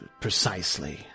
precisely